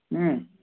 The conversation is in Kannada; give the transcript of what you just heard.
ಹ್ಞೂ